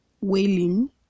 wailing